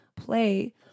play